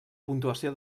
puntuació